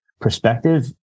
perspective